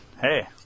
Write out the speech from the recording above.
hey